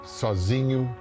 sozinho